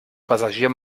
passagier